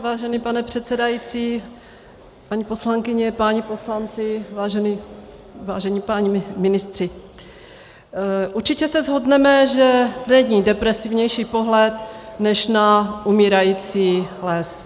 Vážený pane předsedající, paní poslankyně, páni poslanci, vážení páni ministři, určitě se shodneme, že není depresivnější pohled než na umírající les.